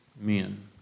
men